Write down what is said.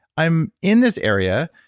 i'm in this area.